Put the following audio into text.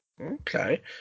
Okay